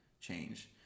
change